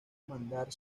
mandar